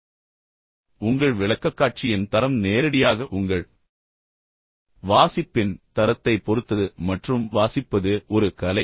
உண்மையில் உங்கள் விளக்கக்காட்சியின் தரம் நேரடியாக உங்கள் வாசிப்பின் தரத்தைப் பொறுத்தது மற்றும் வாசிப்பது ஒரு கலை